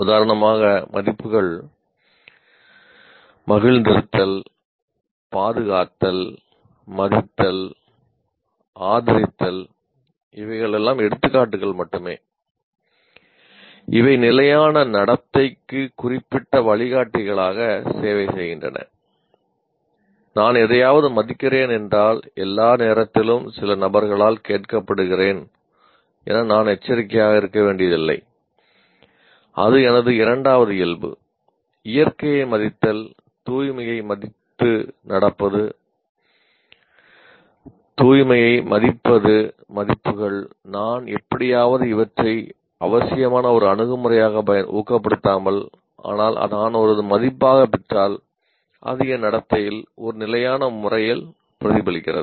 உதாரணமாக மதிப்புகள் மகிழ்ந்திருத்தல் பாதுகாத்தல் மதித்தல் ஆதரித்தல் நான் எப்படியாவது இவற்றை அவசியமான ஒரு அணுகுமுறையாக ஊக்கப்படுத்தாமல் ஆனால் நான் அதை ஒரு மதிப்பாகப் பெற்றால் அது என் நடத்தையில் ஒரு நிலையான முறையில் பிரதிபலிக்கிறது